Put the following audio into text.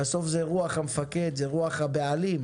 בסוף זה רוח המפקד, זה רוח הבעלים,